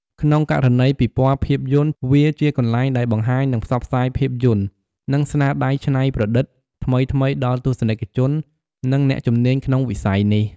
ក្នុងករណីពិព័រណ៍ភាពយន្ត វាជាកន្លែងដែលបង្ហាញ និងផ្សព្វផ្សាយភាពយន្ត និងស្នាដៃច្នៃប្រឌិតថ្មីៗ ដល់ទស្សនិកជន និងអ្នកជំនាញក្នុងវិស័យនេះ។